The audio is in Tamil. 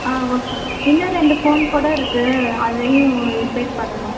ஆ ஓகே இன்னும் ரெண்டு ஃபோன் கூட இருக்குது அதையும் ரிப்பேர் பண்ணணும்